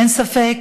אין ספק